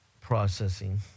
processing